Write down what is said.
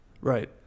Right